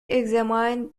examined